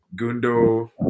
Gundo